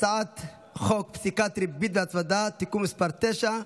הצעת חוק פסיקת ריבית והצמדה (תיקון מס' 9),